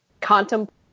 contemplate